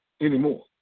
anymore